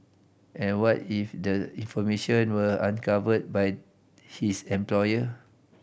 and what if the information were uncovered by his employer